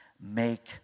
Make